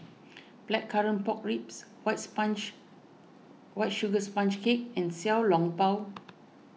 Blackcurrant Pork Ribs white sponge White Sugar Sponge Cake and Xiao Long Bao